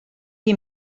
qui